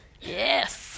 yes